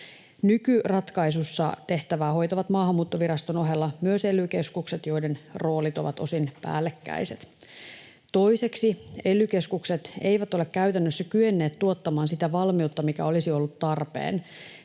Nykyratkaisussa tehtävää hoitavat Maahanmuuttoviraston ohella myös ely-keskukset, joiden roolit ovat osin päällekkäiset. Toiseksi: Ely-keskukset eivät ole käytännössä kyenneet tuottamaan sitä valmiutta, mikä olisi ollut tarpeen.